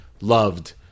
loved